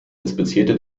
inspizierte